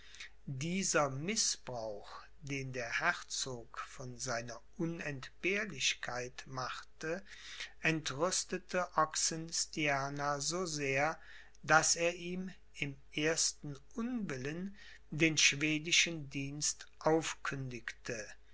dieser mißbrauch den der herzog von seiner unentbehrlichkeit machte entrüstete oxenstierna so sehr daß er ihm im ersten unwillen den schwedischen dienst aufkündigte